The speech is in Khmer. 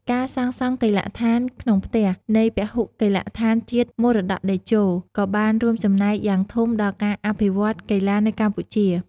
ការសាងសង់កីឡដ្ឋានក្នុងផ្ទះ នៃពហុកីឡដ្ឋានជាតិមរតកតេជោ ក៏បានរួមចំណែកយ៉ាងធំដល់ការអភិវឌ្ឍកីឡានៅកម្ពុជា។